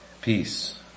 peace